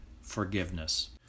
forgiveness